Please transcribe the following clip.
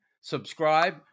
subscribe